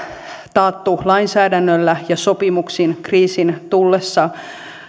taattu lainsäädännöllä ja sopimuksin kriisin tullessa